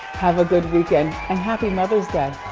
have a good weekend. and happy mother's day.